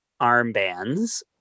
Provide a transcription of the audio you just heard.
armbands